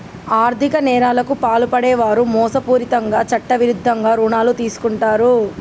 ఆర్ధిక నేరాలకు పాల్పడే వారు మోసపూరితంగా చట్టవిరుద్ధంగా రుణాలు తీసుకుంటరు